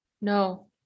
No